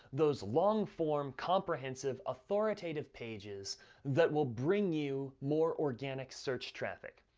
those long-form, comprehensive, authoritative pages that will bring you more organic search traffic.